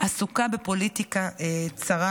עסוקה בפוליטיקה צרה,